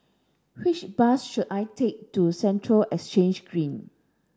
which bus should I take to Central Exchange Green